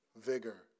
Vigor